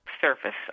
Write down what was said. surface